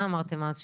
מה אמרתם אז?